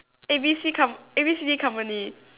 A B C come A B C company